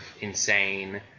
insane